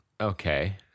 Okay